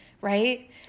right